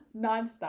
nonstop